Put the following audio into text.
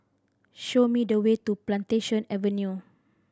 show me the way to Plantation Avenue